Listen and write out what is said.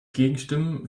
gegenstimmen